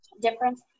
difference